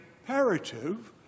imperative